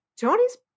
Tony's